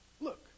Look